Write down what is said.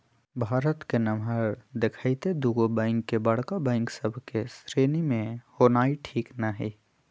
भारत के नमहर देखइते दुगो बैंक के बड़का बैंक सभ के श्रेणी में होनाइ ठीक न हइ